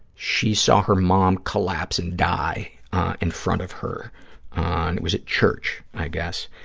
she saw her mom collapse and die in front of her. it was at church, i guess.